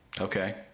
Okay